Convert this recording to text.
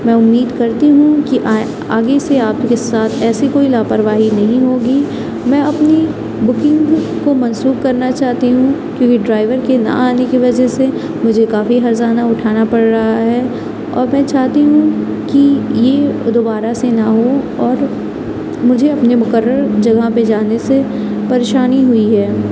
میں امید کرتی ہوں کہ آگے سے آپ کے ساتھ ایسی کوئی لاپرواہی نہیں ہو گی میں اپنی بکنگ کو منسوخ کرنا چاہتی ہوں کیونکہ ڈرائیور کے نہ آنے کی وجہ سے مجھے کافی ہرجانہ اٹھانا پڑ رہا ہے اور میں چاہتی ہوں کہ یہ دوبارہ سے نہ ہو اور مجھے اپنے مقرر جگہ پہ جانے سے پریشانی ہوئی ہے